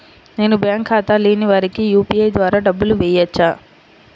నేను బ్యాంక్ ఖాతా లేని వారికి యూ.పీ.ఐ ద్వారా డబ్బులు వేయచ్చా?